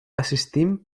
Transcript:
assistim